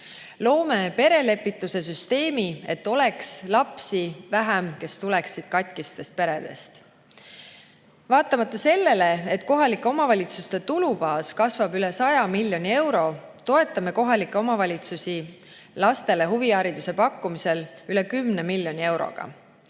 Loome perelepituse süsteemi, et oleks vähem lapsi, kes tuleksid katkistest peredest. Vaatamata sellele, et kohalike omavalitsuste tulubaas kasvab üle 100 miljoni euro, toetame kohalikke omavalitsusi lastele huvihariduse pakkumisel üle 10 miljoni euroga.